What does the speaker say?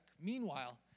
Meanwhile